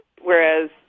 whereas